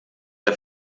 der